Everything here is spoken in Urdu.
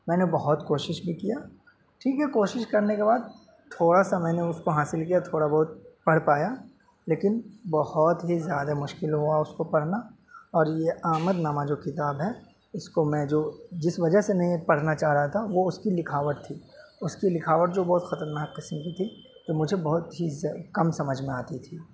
میں نے بہت کوشش بھی کیا ٹھیک ہے کوشش کرنے کے بعد تھوڑا سا میں نے اس کو حاصل کیا تھوڑا بہت پڑھ پایا لیکن بہت ہی زیادہ مشکل ہوا اس کو پڑھنا اور یہ آمد نامہ جو کتاب ہے اس کو میں جو جس وجہ سے نہیں پڑھنا چاہ رہا تھا وہ اس کی لکھاوٹ تھی اس کی لکھاوٹ جو بہت خطرناک قسم کی تھی وہ مجھے بہت ہی کم سمجھ میں آتی تھی